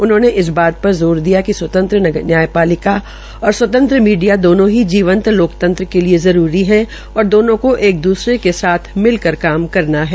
उन्होंने इस बात पर जोर दिया कि स्वतंत्र न्यायपलिका और स्वतंत्र मीडिया दोनों ही जीवंत लोकतंत्र के लिये जरूरी है और दोनों को एक दूसरे के साथ मिलकर काम करना है